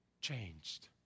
changed